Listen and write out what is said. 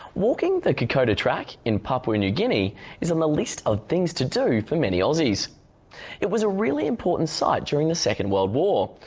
walking the kokoda track in papua-new guinea is on the list of things to do for many aussies it was a really important site during the second world war.